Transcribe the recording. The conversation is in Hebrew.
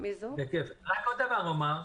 רק עוד דבר אומר,